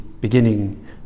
beginning